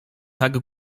tak